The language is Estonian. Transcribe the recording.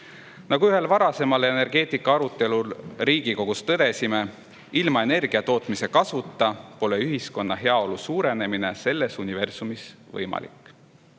Nagu ühel varasemal energeetikaarutelul Riigikogus tõdesime, ilma energia tootmise kasvuta pole ühiskonna heaolu suurenemine selles universumis